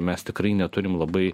mes tikrai neturim labai